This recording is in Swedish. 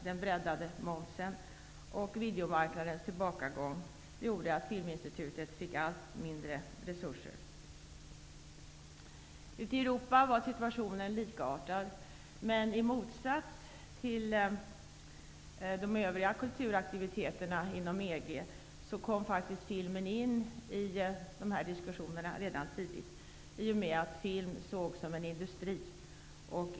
Den breddade momsen och videomarknadens tillbakagång gjorde att Filminstitutet fick allt mindre resurser. Ute i Europa var situationen likartad, men i motsats till de övriga kulturaktiviterna inom EG kom faktiskt filmen tidigt in i diskussionerna i och med att den sågs som en industri.